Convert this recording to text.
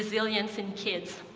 resilience in kids.